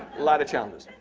lot of challenges.